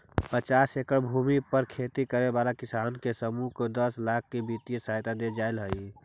पचास एकड़ भूमि पर खेती करे वाला किसानों के समूह को दस लाख की वित्तीय सहायता दे जाईल हई